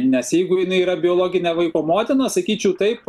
nes jeigu jinai yra biologinė vaiko motina sakyčiau taip